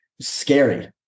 scary